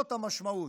זאת המשמעות.